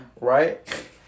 Right